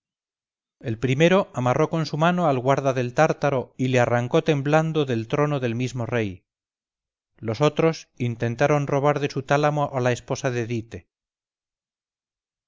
el primero amarró con su mano al guarda del tártaro y le arrancó temblando del trono del mismo rey los otros intentaron robar de su tálamo a la esposa de dite